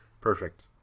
Perfect